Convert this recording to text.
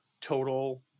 total